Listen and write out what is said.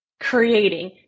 creating